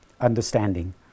understanding